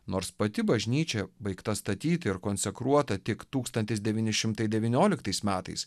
nors pati bažnyčia baigta statyti ir konsekruota tik tūkstantis devyni šimtai devynioliktais metais